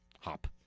Hop